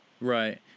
Right